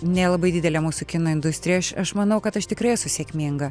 nelabai didelę mūsų kino industriją aš aš manau kad aš tikrai esu sėkminga